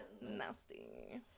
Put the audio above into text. Nasty